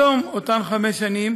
בתום אותן חמש שנים